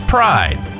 Pride